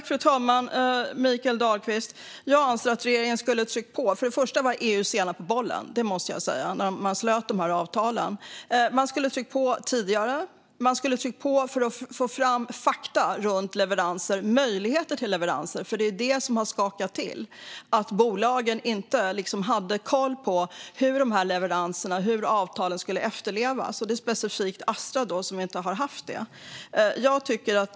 Fru talman! Jag anser att regeringen skulle ha tryckt på. Först och främst var EU sent på bollen när man slöt avtalen. Regeringen skulle ha tryckt på tidigare för att få fram fakta om möjligheterna till leveranser. Vad som har skakat är att bolagen inte hade koll på hur avtalen om leveranserna skulle efterlevas. Det gäller specifikt Astra.